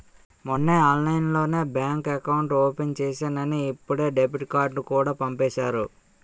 మొన్నే ఆన్లైన్లోనే bank account open చేసేసానని ఇప్పుడే డెబిట్ కార్డుకూడా పంపేసారు